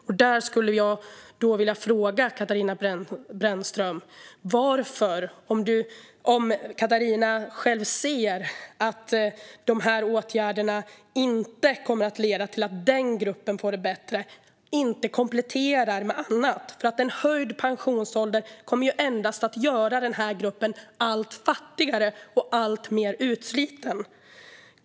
Jag skulle vilja fråga Katarina Brännström: Om Katarina själv ser att de här åtgärderna inte kommer att leda till att den gruppen får det bättre, varför då inte komplettera med annat? En höjd pensionsålder kommer ju endast att göra den här gruppen allt fattigare och alltmer utsliten.